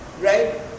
right